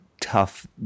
tough